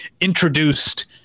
introduced